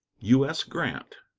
u s. grant.